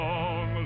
Long